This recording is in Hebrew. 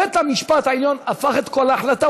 בית-המשפט העליון הפך את כל ההחלטה,